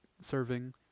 serving